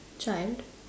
child